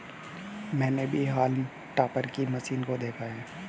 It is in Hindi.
मैंने भी हॉल्म टॉपर की मशीन को देखा है